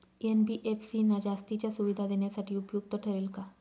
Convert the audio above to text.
NBFC ना जास्तीच्या सुविधा देण्यासाठी उपयुक्त ठरेल का?